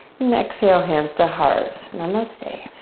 and exhale, hands to heart, namaste.